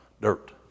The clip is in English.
dirt